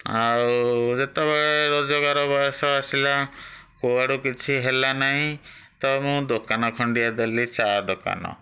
ଆଉ ଯେତେବେଳେ ରୋଜଗାର ବୟସ ଆସିଲା କୁଆଡ଼ୁ କିଛି ହେଲା ନାହିଁ ତ ମୁଁ ଦୋକାନ ଖଣ୍ଡିଏ ଦେଲି ଚା' ଦୋକାନ